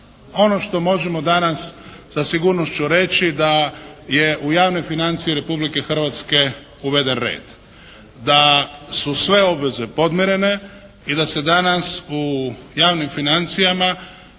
ono što možemo danas sa sigurnošću reći da je u javne financije Republike Hrvatske uveden red, da su sve obveze podmirene i da se danas u javnim financijama